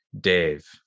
Dave